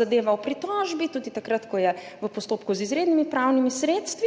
zadeva v pritožbi, tudi takrat, ko je v postopku z izrednimi pravnimi sredstvi.